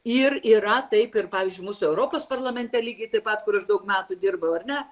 ir yra taip pavyzdžiui mūsų europos parlamente lygiai taip pat kur aš daug metų dirbau ar ne